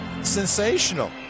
sensational